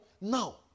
now